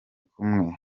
kumwe